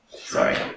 Sorry